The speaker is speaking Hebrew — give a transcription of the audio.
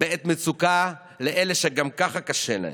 בעת מצוקה לאלה שגם ככה קשה להם?